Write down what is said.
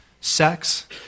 sex